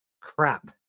crap